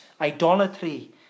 idolatry